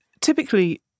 Typically